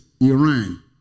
Iran